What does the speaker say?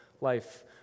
life